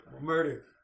Murder